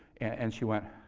and she went,